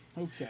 Okay